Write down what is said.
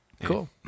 cool